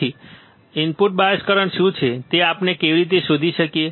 આથી input bias current શું છે તે આપણે કેવી રીતે શોધી શકીએ